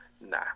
Nah